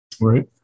right